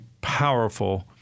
powerful